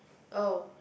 oh